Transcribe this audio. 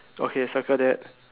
okay circle that